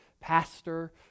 pastor